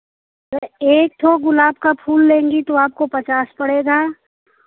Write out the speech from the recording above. फिर एक थो गुलाब का फूल लेंगी तो आपको पचास पड़ेगा